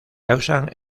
causan